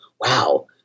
wow